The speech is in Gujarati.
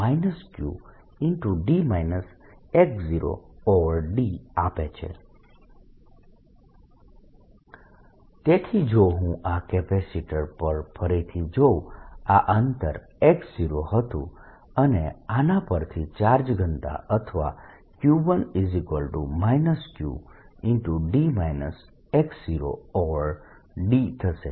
V12dVV1surface2dSV21dVV2surface1dS 0Vd xdQ δr xxdVVq10 q1 Qd તેથી જો હું આ કેપેસીટર પર ફરીથી જોઉં આ અંતર x0 હતું અને આના પરની ચાર્જ ઘનતા અથવા q1 Q dથશે